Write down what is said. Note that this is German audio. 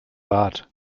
bart